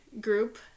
group